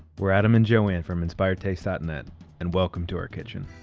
we're adam and joanne from inspiredtaste dot net and welcome to our kitchen.